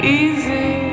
easy